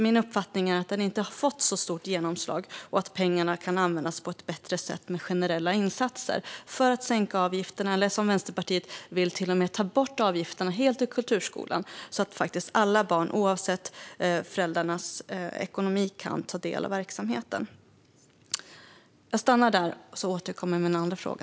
Min uppfattning är att den inte har fått ett så stort genomslag och att pengarna kan användas på ett bättre sätt med generella insatser för att sänka avgifterna eller för att till och med, som Vänsterpartiet vill, ta bort avgifterna helt i kulturskolan, så att alla barn oavsett föräldrarnas ekonomi kan del av verksamheten. Jag återkommer i nästa replik med min andra fråga.